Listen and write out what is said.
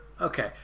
Okay